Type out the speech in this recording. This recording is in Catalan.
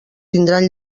tindran